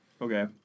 Okay